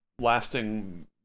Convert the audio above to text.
lasting